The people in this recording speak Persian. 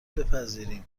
بپذیریم